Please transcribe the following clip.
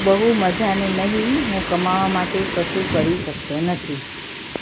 બહુ મઝાનું નહીં હું કમાવા માટે કશું કરી શકતો નથી